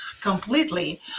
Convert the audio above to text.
completely